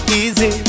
easy